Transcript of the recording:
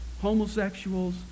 homosexuals